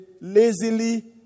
lazily